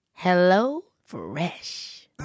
HelloFresh